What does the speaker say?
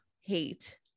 hate